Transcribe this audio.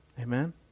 Amen